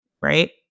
Right